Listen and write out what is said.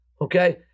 Okay